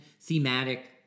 thematic